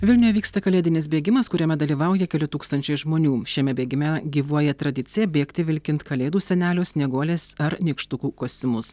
vilniuj vyksta kalėdinis bėgimas kuriame dalyvauja keli tūkstančiai žmonių šiame bėgime gyvuoja tradicija bėgti vilkint kalėdų senelio snieguolės ar nykštukų kostiumus